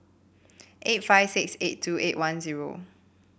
eight five six eight two eight one zero